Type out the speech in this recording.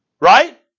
Right